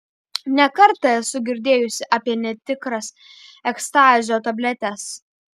ne kartą esu girdėjusi apie netikras ekstazio tabletes